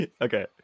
okay